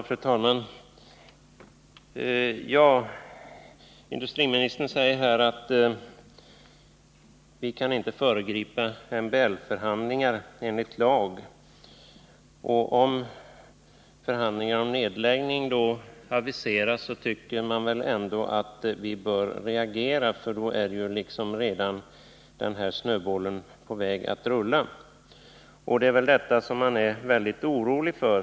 Fru talman! Industriministern säger att vi enligt lag inte kan föregripa MBL-förhandlingar här. Om då förhandlingar om en eventuell nedläggning aviseras bör vi väl ändå reagera. Snöbollen är ju redan på väg att rulla, och det är väl det som man är så orolig för.